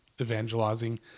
evangelizing